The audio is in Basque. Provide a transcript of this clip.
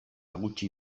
gutxi